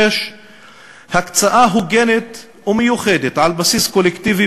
6. הקצאה הוגנת ומיוחדת על בסיס קולקטיבי